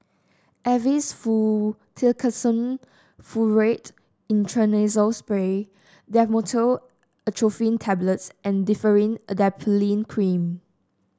Avamys Fluticasone Furoate Intranasal Spray Dhamotil Atropine Tablets and Differin Adapalene Cream